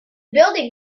building